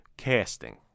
Casting